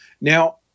Now